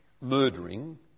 murdering